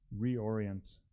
reorient